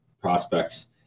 prospects